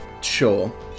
Sure